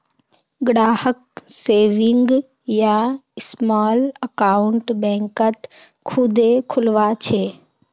ग्राहक सेविंग या small account बैंकत खुदे खुलवा छे